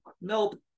nope